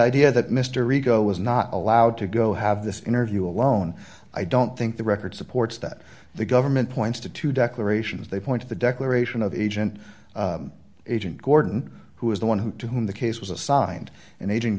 idea that mr rico was not allowed to go have this interview alone i don't think the record supports that the government points to two declarations they point to the declaration of agent agent gordon who is the one who to whom the case was assigned and aging